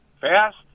fast